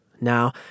Now